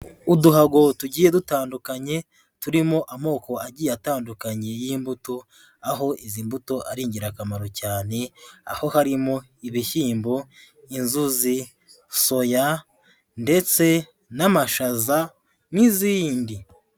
Uduhago tugiye dutandukanye turimo amoko agiye atandukanye y'imbuto, aho izi mbuto ari ingirakamaro cyane, aho harimo ibishyimbo, inzuzi, soya ndetse n'amashaza n'izindi.